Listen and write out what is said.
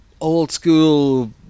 old-school